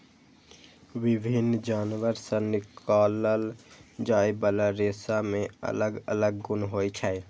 विभिन्न जानवर सं निकालल जाइ बला रेशा मे अलग अलग गुण होइ छै